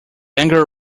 anger